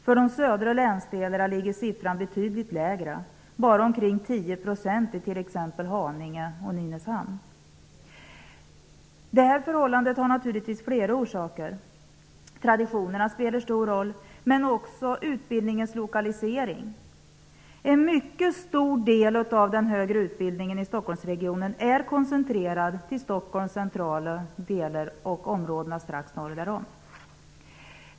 För de södra länsdelarna ligger siffran betydligt lägre -- bara omkring 10 % i t.ex. Detta förhållande har naturligtvis flera orsaker. Traditionerna spelar stor roll, men också utbildningens lokalisering. En mycket stor del av den högre utbildningen i Stockholmsregionen är koncentrerad till Stockholms centrala delar och områdena strax norr därom.